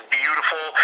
beautiful